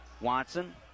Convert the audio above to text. Watson